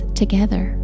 together